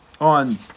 on